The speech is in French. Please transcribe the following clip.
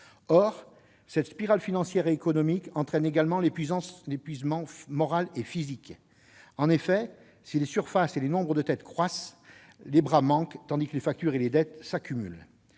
Or cette spirale financière et économique entraîne également l'épuisement moral et physique. En effet, si les surfaces et les nombres de têtes croissent, les bras manquent, tandis que les factures et les dettes s'accumulent.